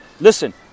Listen